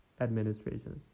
administrations